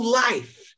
life